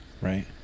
right